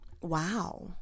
Wow